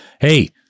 hey